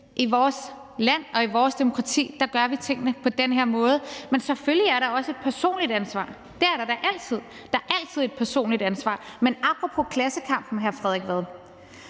I vores land og i vores demokrati gør vi tingene på den her måde. Men selvfølgelig er der også et personligt ansvar. Det er der da altid. Der er altid et personligt ansvar. Men apropos klassekampen, hr. Frederik Vad,